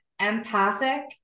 empathic